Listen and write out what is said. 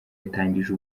yatangije